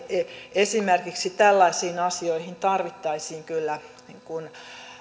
esimerkiksi tällaisiin asioihin tarvittaisiin kyllä